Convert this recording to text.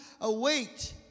await